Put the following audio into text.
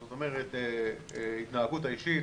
זאת אומרת ההתנהגות האישית,